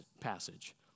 passage